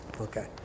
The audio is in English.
okay